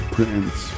Prince